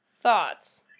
Thoughts